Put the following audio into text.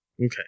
Okay